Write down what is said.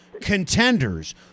contenders